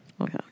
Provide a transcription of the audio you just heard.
Okay